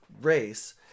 race